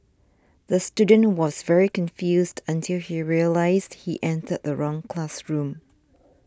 the student was very confused until he realised he entered the wrong classroom